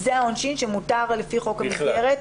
זה העונשיםן שמותר לפי חוק המסגרת.